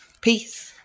Peace